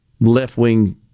left-wing